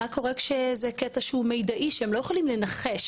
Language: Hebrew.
מה קורה כשזה קטע שהוא מידעי שהם לא יכולים לנחש.